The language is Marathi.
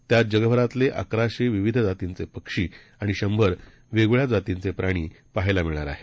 त्यात जगभरातले अकराशे विविध जातींचे पक्षी आणि शंभर वेगळ्या जातीचे प्राणी पाहायला मिळणार आहेत